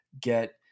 get